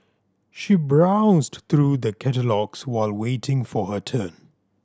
she browsed through the catalogues while waiting for her turn